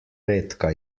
redka